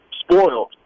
spoiled